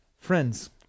Friends